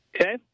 Okay